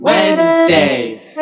Wednesdays